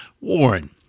warren